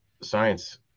science